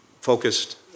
focused